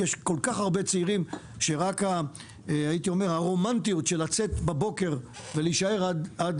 כי יש כל כך הרבה צעירים שרק הרומנטיות של לצאת בבוקר ולהישאר עד